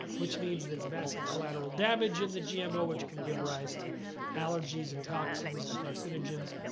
which means it's massive collateral damage in the gmo which can give rise to allergies, and toxins, and carcinogens.